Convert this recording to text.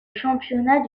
championnat